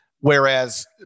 whereas